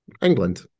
England